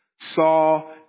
saw